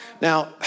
Now